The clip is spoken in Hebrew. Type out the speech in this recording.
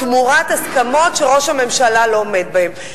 תמורת הסכמות שראש הממשלה לא עומד בהן.